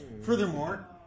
Furthermore